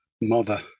mother